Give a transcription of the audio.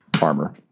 armor